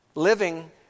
Living